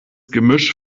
gemisch